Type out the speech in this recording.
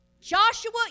Joshua